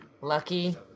Lucky